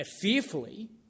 fearfully